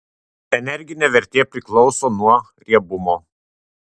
energinė vertė priklauso nuo riebumo